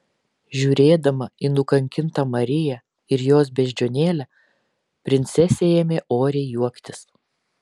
žiūrėdama į nukankintą mariją ir jos beždžionėlę princesė ėmė oriai juoktis